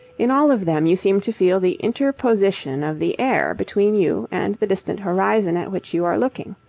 in all of them you seem to feel the interposition of the air between you and the distant horizon at which you are looking.